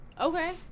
Okay